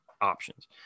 options